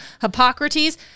Hippocrates